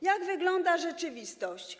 Jak wygląda rzeczywistość?